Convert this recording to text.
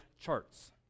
charts